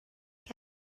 کرد